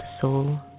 soul